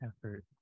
effort